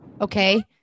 Okay